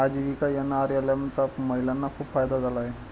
आजीविका एन.आर.एल.एम चा महिलांना खूप फायदा झाला आहे